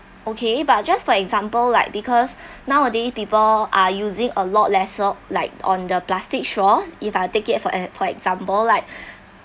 okay but just for example like because nowaday people are using a lot lesser like on the plastic straws if I take it for e~ for example like